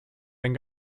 ein